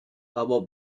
aber